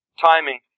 Timing